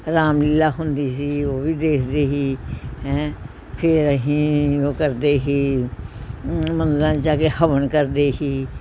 ਰਾਮਲੀਲਾ ਹੁੰਦੀ ਸੀ ਉਹ ਵੀ ਦੇਖਦੇ ਸੀ ਹੈਂ ਫਿਰ ਅਸੀਂ ਉਹ ਕਰਦੇ ਸੀ ਮੰਦਰਾਂ 'ਚ ਜਾ ਕੇ ਹਵਨ ਕਰਦੇ ਸੀ